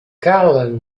calen